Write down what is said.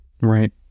right